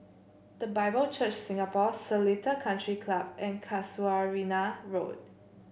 The Bible Church Singapore Seletar Country Club and Casuarina Road